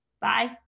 Bye